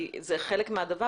כי זה חלק מהדבר,